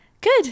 Good